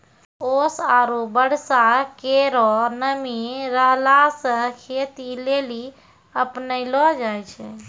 ओस आरु बर्षा केरो नमी रहला सें खेती लेलि अपनैलो जाय छै?